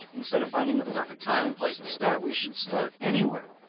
instead of finding the perfect time and place to start, we should start anywhere.